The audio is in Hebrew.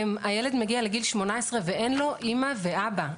הילד מגיע לגיל 18 ואין לו אימא ואבא.